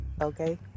okay